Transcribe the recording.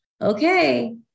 okay